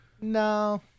no